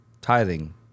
tithing